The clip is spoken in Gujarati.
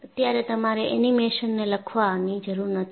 અત્યારે તમારે એનિમેશનને લખવાની જરૂર નથી